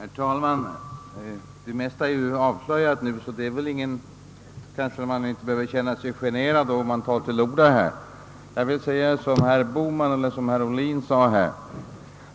Herr talman! Det mesta är ju avslöjat nu, så man behöver väl inte känna sig generad att ta till orda här.